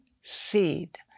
seed